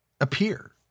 appear